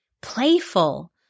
playful